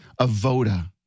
avoda